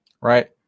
right